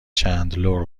چندلر